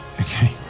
okay